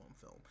film